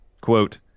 Quote